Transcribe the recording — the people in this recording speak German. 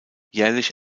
jährlich